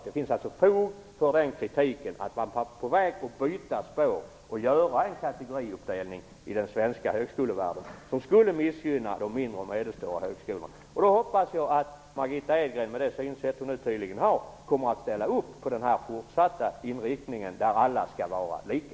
Det finns alltså fog för kritiken mot att man var på väg att byta spår och göra en kategoriindelning i den svenska högskolevärlden som skulle missgynna de mindre och medelstora högskolorna. Jag hoppas att Margitta Edgren med det synsätt som hon nu tydligen har kommer att ställa sig bakom den fortsatta inriktningen, där alla skall vara lika.